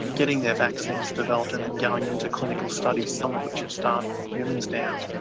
getting their vaccines developed and then going into clinical studies, some of which have started in humans now.